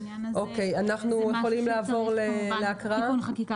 בעניין הזה זה משהו שצריך פה תיקון חקיקה